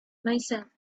myself